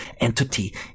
entity